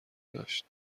داشت